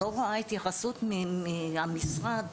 לא רואה התייחסות מהמשרד,